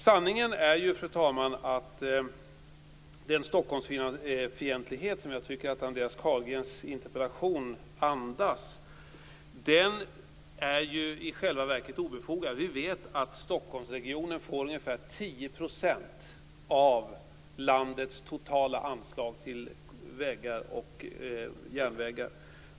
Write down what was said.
Sanningen är, fru talman, att den Stockholmsfientlighet som jag tycker att Andreas Carlgrens interpellation andas är i själva verket obefogad. Vi vet att Stockholmsregionen får ungefär 10 % av landets totala anslag till vägar och järnvägar.